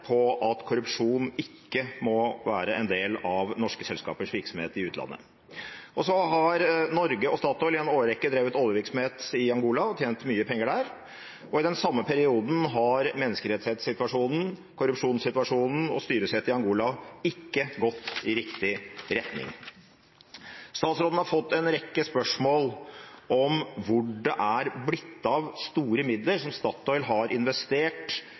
på at korrupsjon ikke må være en del av norske selskapers virksomhet i utlandet. Så har Norge og Statoil i en årrekke drevet oljevirksomhet i Angola og tjent mye penger der. I den samme perioden har menneskerettighetssituasjonen, korrupsjonssituasjonen og styresett i Angola ikke gått i riktig retning. Statsråden har fått en rekke spørsmål om hvor det er blitt av store midler som Statoil har investert